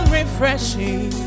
refreshing